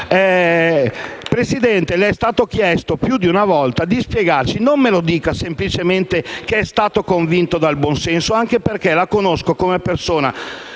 dunque, è stato chiesto più di una volta di spiegare: non ci dica semplicemente che è stato convinto dal buonsenso, anche perché la conoscono come persona